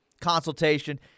consultation